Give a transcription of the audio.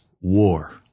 war